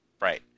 right